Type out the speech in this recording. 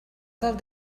del